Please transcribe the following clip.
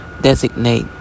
designate